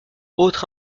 autre